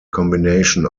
combination